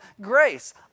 grace